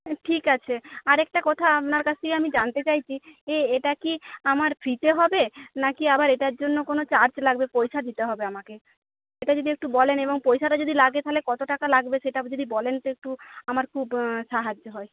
ঠিক আছে আরেকটা কথা আপনার কাছেই আমি জানতে চাইছি যে এটা কি আমার ফ্রিতে হবে নাকি আবার এটার জন্য কোনো চার্জ লাগবে পয়সা দিতে হবে আমাকে এটা যদি একটু বলেন এবং পয়সাটা যদি লাগে তাহলে কত টাকা লাগবে সেটা যদি বলেন তো একটু আমার খুব সাহায্য হয়